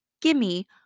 gimme